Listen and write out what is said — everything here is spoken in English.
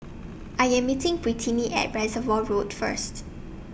I Am meeting Brittni At Reservoir Road First